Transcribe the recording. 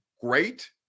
great